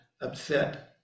upset